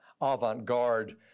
avant-garde